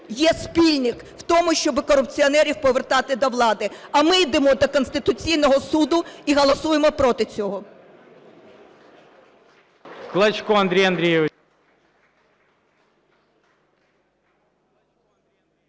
є спільник в тому, щоб корупціонерів повертати до влади, а ми йдемо до Конституційного Суду і голосуємо проти цього.